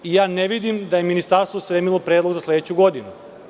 Ja ne vidim da je Ministarstvo spremilo predlog za sledeću godinu.